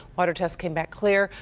water tests came back clear.